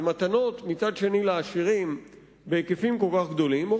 ומתנות לעשירים בהיקפים כל כך גדולים מצד שני,